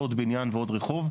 לא עוד בניין ועוד רחוב,